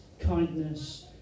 kindness